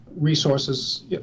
resources